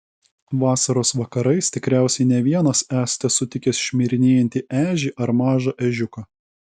vasaros vakarais tikriausiai ne vienas esate sutikęs šmirinėjantį ežį ar mažą ežiuką